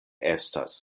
estas